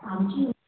आमची